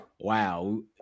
wow